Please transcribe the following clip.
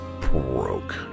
broke